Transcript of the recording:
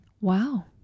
Wow